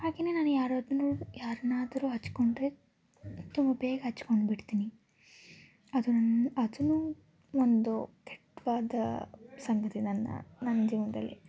ಹಾಗೆಯೇ ನಾನು ಯಾರಾದ್ನೂ ಯಾರ್ನಾದ್ರೂ ಹಚ್ಕೊಂಡ್ರೆ ತುಂಬ ಬೇಗ ಹಚ್ಕೊಂಬಿಡ್ತೀನಿ ಅದು ನನ್ನ ಅದೂ ಒಂದು ಕೆಟ್ವಾದ ಸಂಗತಿ ನನ್ನ ನನ್ನ ಜೀವನದಲ್ಲಿ